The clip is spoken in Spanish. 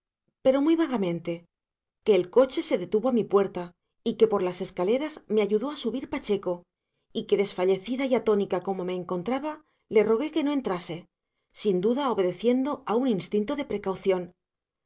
pero muy vagamente que el coche se detuvo a mi puerta y que por las escaleras me ayudó a subir pacheco y que desfallecida y atónita como me encontraba le rogué que no entrase sin duda obedeciendo a un instinto de precaución